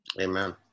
Amen